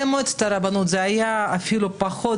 למועצת הרבנות זה היה אפילו פחות,